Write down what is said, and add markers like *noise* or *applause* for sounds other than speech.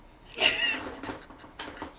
*laughs*